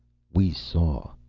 we saw.